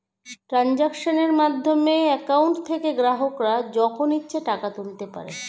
ট্রানজাক্শনের মাধ্যমে অ্যাকাউন্ট থেকে গ্রাহকরা যখন ইচ্ছে টাকা তুলতে পারে